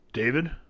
David